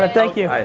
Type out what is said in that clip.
ah thank you. hi,